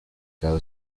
cada